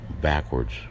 backwards